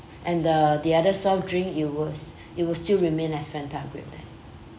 and the the other soft drink it was it will still remain as Fanta grape then